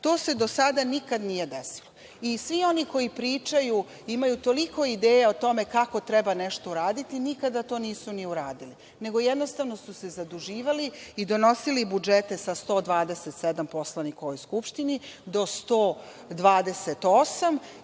To se do sada nikada nije desilo. I svi oni koji pričaju imaju toliko ideja o tome kako treba nešto uraditi nikada to nisu ni uradili, nego jednostavno su se zaduživali i donosili budžete sa 127 poslanika u ovoj Skupštini do 128,